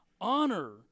Honor